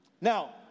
Now